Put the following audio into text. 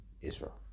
Israel